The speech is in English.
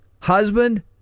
Husband